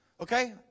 okay